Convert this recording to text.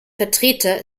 vertreter